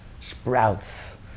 sprouts